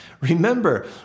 Remember